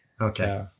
okay